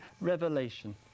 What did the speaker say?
revelation